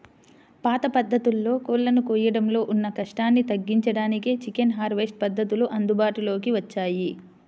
పాత పద్ధతుల్లో కోళ్ళను కోయడంలో ఉన్న కష్టాన్ని తగ్గించడానికే చికెన్ హార్వెస్ట్ పద్ధతులు అందుబాటులోకి వచ్చాయి